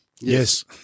Yes